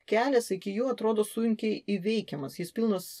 kelias iki jo atrodo sunkiai įveikiamas jis pilnas